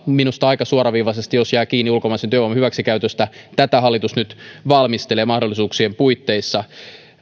minusta aika suoraviivaisesti kolmen viiva viiden vuoden liiketoimintakielto jos jää kiinni ulkomaisen työvoiman hyväksikäytöstä tätä hallitus nyt valmistelee mahdollisuuksien puitteissa